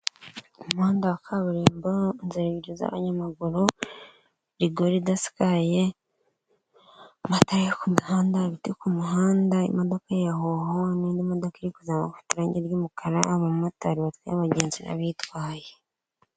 Umuhanda wa kaburimbo, inzira ebyiri z'abanyamaguru, rigori idasakaye, amatara yo ku muhanda, ibiti ku muhanda, imodoka ya hoho hamwe n'imodoka iri kuza ifite irangi ry'umukara, abamotari batwaye abagenzi n'abitwaye.